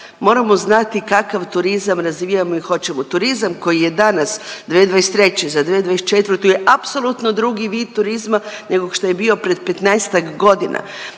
Moramo znati kakav turizam razvijamo i hoćemo. Turizam koji je danas 2023. za 2024. je apsolutni vid turizma nego što je bio pred 15-ak godina.